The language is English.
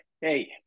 hey